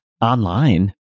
online